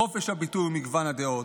חופש הביטוי ומגוון הדעות,